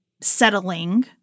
settling